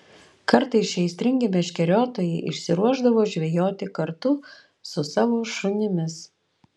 kartais šie aistringi meškeriotojai išsiruošdavo žvejoti kartu su savo šunimis